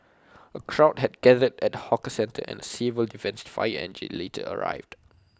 A crowd had gathered at the hawker centre and A civil defence fire engine later arrived